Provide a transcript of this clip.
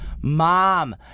mom